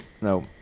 No